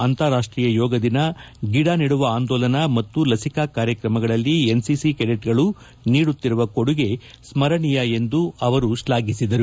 ಅಂತಾರಾಷ್ಷೀಯ ಯೋಗ ದಿನ ಗಿಡ ನೆಡುವ ಆಂದೋಲನ ಮತ್ತು ಲಸಿಕಾ ಕಾರ್ಯಕ್ರಮಗಳಲ್ಲಿ ಎನ್ಸಿಸಿ ಕೆಡೆಚ್ಗಳು ನೀಡುತ್ತಿರುವ ಕೊಡುಗೆ ಸ್ವರಣೀಯ ಎಂದು ಅವರು ಶ್ಲಾಘಿಸಿದರು